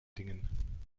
dingen